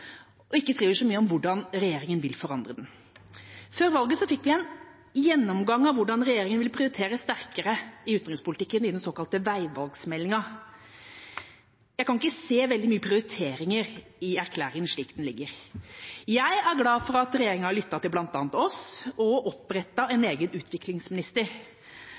og ikke sier så mye om hvordan regjeringa vil forandre den. Før valget fikk vi en gjennomgang av hvordan regjeringa ville prioritere sterkere i utenrikspolitikken, i den såkalte veivalgsmeldinga. Jeg kan ikke se veldig mye prioritering i erklæringen, slik den foreligger. Jeg er glad for at regjeringa har lyttet til bl.a. oss og har opprettet en egen utviklingsminister.